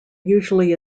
usually